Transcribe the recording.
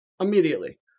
Immediately